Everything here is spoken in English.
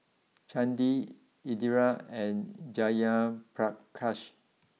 Chandi Indira and Jayaprakash